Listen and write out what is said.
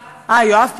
אה, יואב פה.